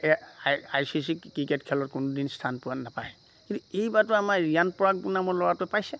A I I C cricket খেলত কোনোদিন স্থান পোৱা নাপায়ে কিন্তু এই বাৰটো আমাৰ ৰিয়ান পৰাগ নামৰ ল'ৰাটোৱে পাইছে